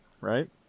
right